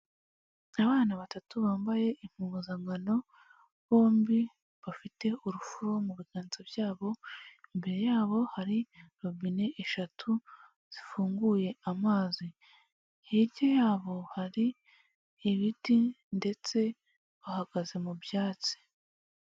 Aana batatu bambaye impuzankano bombi bafite urufuro mu biganza byabo, imbere yabo hari robine eshatu zifunguye amazi, hirya yabo hari ibiti ndetse bahagaze mu byatsi.